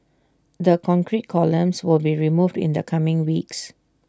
the concrete columns will be removed in the coming weeks